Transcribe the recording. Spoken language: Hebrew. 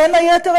בין היתר,